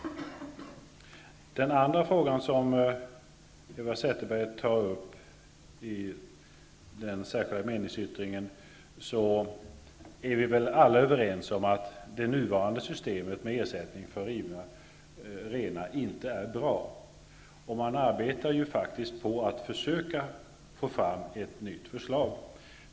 När det gäller den andra fråga som Eva Zetterberg tar upp i sin meningsyttring är vi väl alla överens om att det nuvarande systemet med ersättning för rivna renar inte är bra. Man arbetar faktiskt på att försöka få fram ett nytt förslag.